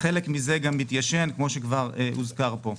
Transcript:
וחלק מזה גם מתיישן כמו שכבר הוזכר פה.